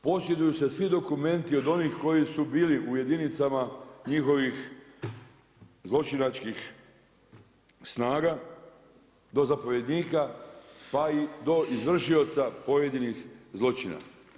Posjeduju se svi dokumenti od onih koji su bili u jedinicama njihovih zločinačkih snaga do zapovjednika pa i do izvršioca pojedinih zločina.